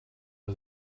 for